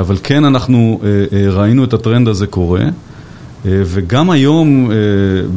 אבל כן, אנחנו ראינו את הטרנד הזה קורה וגם היום